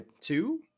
Two